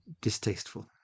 distasteful